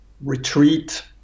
retreat